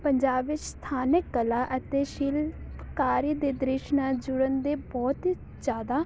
ਪੰਜਾਬ ਵਿੱਚ ਸਥਾਨਕ ਕਲਾ ਅਤੇ ਸ਼ਿਲਪਕਾਰੀ ਦੇ ਦ੍ਰਿਸ਼ ਨਾਲ ਜੁੜਨ ਦੇ ਬਹੁਤ ਹੀ ਜ਼ਿਆਦਾ